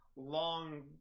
long